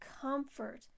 comfort